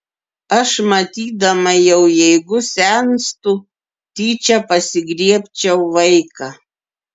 aš matydama jau jeigu senstu tyčia pasigriebčiau vaiką